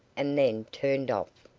and then turned off.